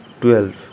12